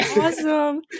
awesome